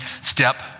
step